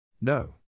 No